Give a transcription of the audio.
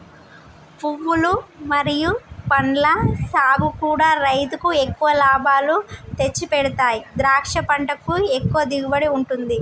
పువ్వులు మరియు పండ్ల సాగుకూడా రైలుకు ఎక్కువ లాభాలు తెచ్చిపెడతాయి ద్రాక్ష పంటకు ఎక్కువ దిగుబడి ఉంటది